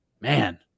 man